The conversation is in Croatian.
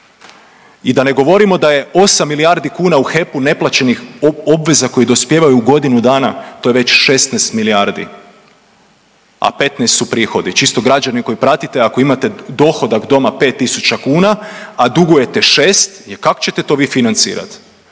i da ne govorimo da je 8 milijardi kuna u HEP-u neplaćenih obveza koji dospijevaju u godinu dana, to je već 16 milijardi, a 15 su prihodi. Čisto građani koji pratite ako imate dohodak doma 5.000 kuna, a dugujete 6 kak ćete to vi financirat?